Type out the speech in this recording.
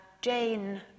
Jane